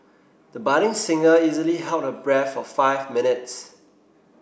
the budding singer easily held her breath for five minutes